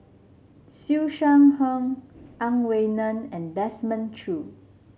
Siew Shaw Her Ang Wei Neng and Desmond Choo